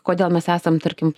kodėl mes esam tarkim